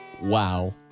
Wow